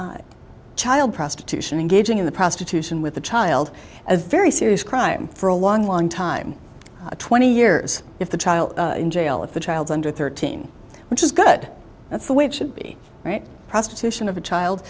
d child prostitution engaging in the prostitution with a child a very serious crime for a long long time twenty years if the child in jail if the child under thirteen which is good that's the way it should be right prostitution of a child